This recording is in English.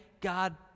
God